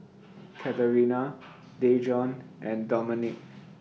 Katerina Dejon and Domenic